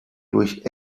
durch